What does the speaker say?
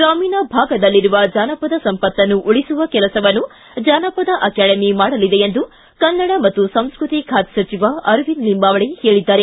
ಗ್ರಾಮೀಣ ಭಾಗದಲ್ಲಿರುವ ಜಾನಪದ ಸಂಪತ್ತನ್ನು ಉಳಿಸುವ ಕೆಲಸವನ್ನು ಜಾನಪದ ಅಕಾಡೆಮಿ ಮಾಡಲಿದೆ ಎಂದು ಕನ್ನಡ ಮತ್ತು ಸಂಸ್ಟೃತಿ ಖಾತೆ ಸಚಿವ ಅರವಿಂದ ಲಿಂಬಾವಳಿ ಹೇಳದ್ದಾರೆ